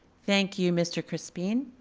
thank you, mr. crispen.